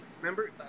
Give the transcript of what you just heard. Remember